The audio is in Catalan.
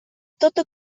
tota